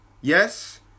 Yes